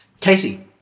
Casey